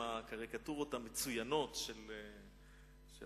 עם הקריקטורות המצוינות של